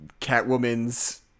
Catwoman's